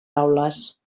aules